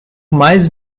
mais